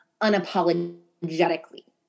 unapologetically